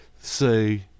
say